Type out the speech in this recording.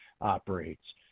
operates